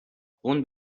خون